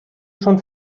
schon